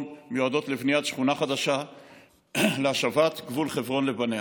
מיועדות לבניית שכונה חדשה להשבת גבול חברון לבניה.